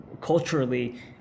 culturally